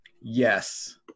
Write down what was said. Yes